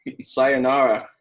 Sayonara